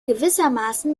gewissermaßen